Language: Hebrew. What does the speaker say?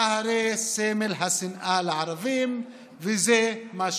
אתה הרי סמל השנאה לערבים, וזה מה שחשוב.